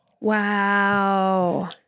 Wow